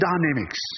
dynamics